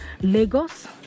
Lagos